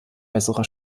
bessere